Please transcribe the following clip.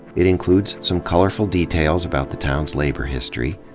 it includes some colorful details about the town's labor history.